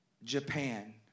Japan